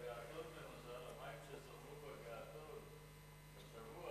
המים שזרמו בגעתון השבוע